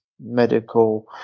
medical